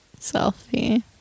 selfie